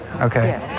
Okay